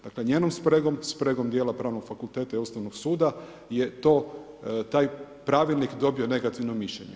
Dakle njenom spregom, spregom dijela Pravnog fakulteta i Ustavnog suda je taj pravilnik dobio negativno mišljenje.